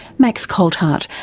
max coltheart,